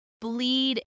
bleed